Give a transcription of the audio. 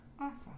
Awesome